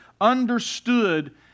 understood